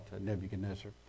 Nebuchadnezzar